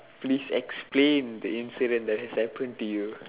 please explain the incident that has happened to you